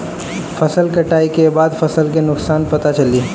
फसल कटाई के बाद फसल के नुकसान पता चली